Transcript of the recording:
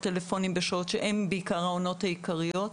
טלפונים בשעות שהן בעיקר העונות העיקריות,